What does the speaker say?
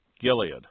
Gilead